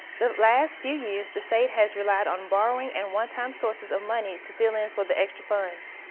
the last few years. the state has relied on borrowing and one-time sources of money to fill in for the extra funds.